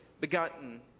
begotten